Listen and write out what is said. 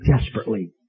desperately